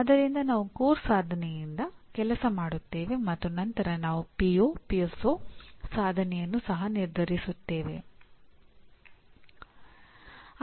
ಆದ್ದರಿಂದ ನಾವು ಪಠ್ಯಕ್ರಮದ ಸಾಧನೆಯಿಂದ ಕೆಲಸ ಮಾಡುತ್ತೇವೆ ಮತ್ತು ನಂತರ ನಾವು ಪಿಒ ಸಾಧನೆಯನ್ನು ಸಹ ನಿರ್ಧರಿಸುತ್ತೇವೆ